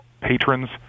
patrons